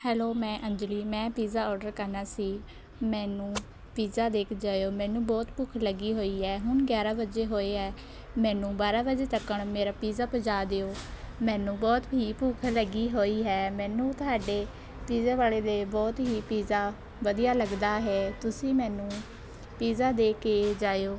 hello ਮੈਂ ਅੰਜਲੀ ਮੈਂ pizza order ਕਰਨਾ ਸੀ ਮੈਨੂੰ ਪਿਜ਼ਾ ਦੇ ਕੇ ਜਾਇਓ ਮੈਨੂੰ ਬਹੁਤ ਭੁੱਖ ਲੱਗੀ ਹੋਈ ਹੈ ਹੁਣ ਗਿਆਰਾਂ ਵੱਜੇ ਹੋਏ ਹੈ ਮੈਨੂੰ ਬਾਰਾਂ ਵਜੇ ਤੱਕਣ ਮੇਰਾ ਪਿਜ਼ਾ ਪਹੁੰਚਾ ਦਿਓ ਮੈਨੂੰ ਬਹੁਤ ਹੀ ਭੁੱਖ ਲੱਗੀ ਹੋਈ ਹੈ ਮੈਨੂੰ ਤੁਹਾਡੇ ਪਿਜ਼ਾ ਵਾਲੇ ਦੇ ਬਹੁਤ ਹੀ ਪਿਜ਼ਾ ਵਧੀਆ ਲੱਗਦਾ ਹੈ ਤੁਸੀਂ ਮੈਨੂੰ ਪਿਜ਼ਾ ਦੇ ਕੇ ਜਾਇਓ